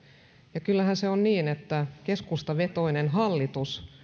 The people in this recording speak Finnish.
ja kyllähän se on niin että keskustavetoinen hallitus